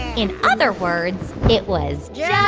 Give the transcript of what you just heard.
in other words, it was yeah